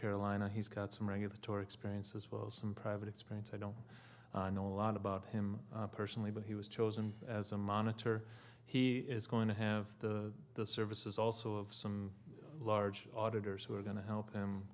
carolina he's got some regulatory experience as well as some private experience i don't know a lot about him personally but he was chosen as a monitor he is going to have the services also of some large auditors who are going to help him